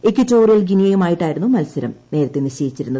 Equatorial ഗുനിയയുമായിട്ടായിരുന്നു മൽസരം നേരത്തെ നിശ്ചയിച്ചിരുന്നത്